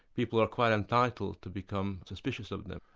people are quite entitled to become suspicious of them.